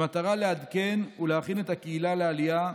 במטרה לעדכן ולהכין את הקהילה לעלייה,